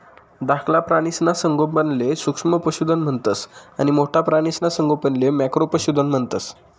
धाकला प्राणीसना संगोपनले सूक्ष्म पशुधन म्हणतंस आणि मोठ्ठा प्राणीसना संगोपनले मॅक्रो पशुधन म्हणतंस